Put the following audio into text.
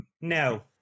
no